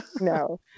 No